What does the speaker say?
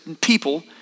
people